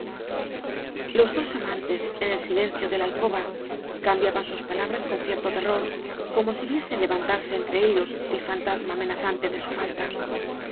los dos amantes en el silencio de la alcoba cambiaban sus palabras con cierto terror como si viesen levantarse entre ellos el fantasma amenazante de su falta